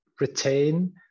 retain